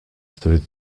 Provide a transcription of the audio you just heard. through